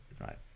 right